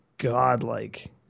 godlike